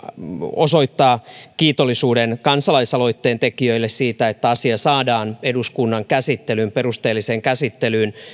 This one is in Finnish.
osoittaa kiitollisuutta kansalaisaloitteen tekijöille siitä että asia saadaan eduskunnan perusteelliseen käsittelyyn